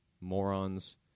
morons